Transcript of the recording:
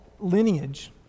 lineage